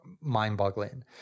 mind-boggling